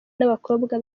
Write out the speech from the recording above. n’abakobwa